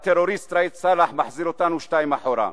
הטרוריסט ראאד סלאח מחזיר אותנו שניים אחורה.